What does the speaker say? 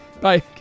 Bye